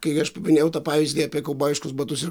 kai aš paminėjau tą pavyzdį apie kaubojiškus batus ir